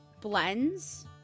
blends